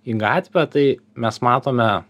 į gatvę tai mes matome